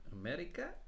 America